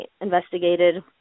investigated